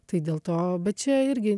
tai dėl to bet čia irgi